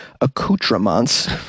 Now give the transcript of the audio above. accoutrements